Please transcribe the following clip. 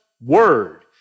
Word